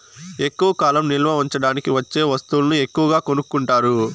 ఎక్కువ కాలం నిల్వ ఉంచడానికి వచ్చే వస్తువులను ఎక్కువగా కొనుక్కుంటారు